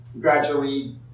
gradually